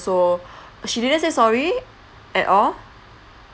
so she didn't say sorry at all